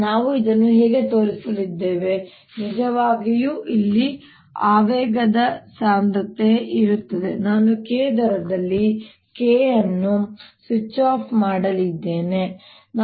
ನಾವು ಇದನ್ನು ಹೇಗೆ ತೋರಿಸಲಿದ್ದೇವೆ ನಿಜವಾಗಿಯೂ ಇಲ್ಲಿ ಆವೇಗದ ಸಾಂದ್ರತೆಯು ಇರುತ್ತದೆ ನಾನು K ದರದಲ್ಲಿ K ಅನ್ನು ಸ್ವಿಚ್ ಆಫ್ ಮಾಡಲಿದ್ದೇನೆ K